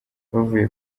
bavuye